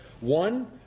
One